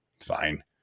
fine